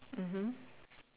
mmhmm